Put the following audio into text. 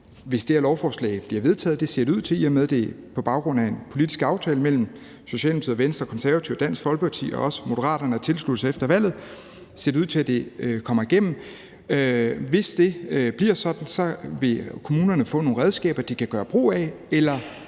Hvis det her lovforslag bliver vedtaget – og det ser det ud til, i og med at det er på baggrund af en politisk aftale mellem Socialdemokratiet, Venstre, Konservative og Dansk Folkeparti, og Moderaterne har tilsluttet sig efter valget – vil kommunerne få nogle redskaber, de kan gøre brug af.